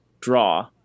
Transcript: draw